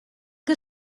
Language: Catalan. que